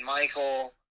Michael